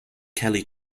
kelly